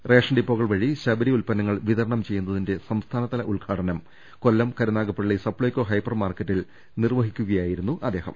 ration ഡിപ്പോകൾ വഴി ശബരി ഉത്പന്നങ്ങൾ വിതരണം ചെയ്യുന്നതിന്റെ സംസ്ഥാനതല ഉദ്ഘാടനം കൊല്ലം കരുനാഗപ്പള്ളി സപ്ലൈകോ ഹൈപ്പർ മാർക്കറ്റിൽ നിർവഹിക്കു കയായിരുന്നു അദ്ദേഹം